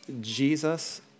Jesus